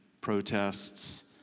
protests